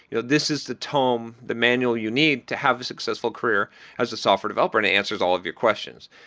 you know this is the tome, the manual you need to have a successful career as a software developer and answers all of your questions.